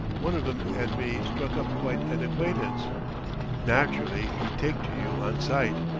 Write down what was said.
one of em and me struck up quite an acquaintance naturally he'd take to you on sight.